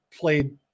played